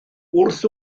wrth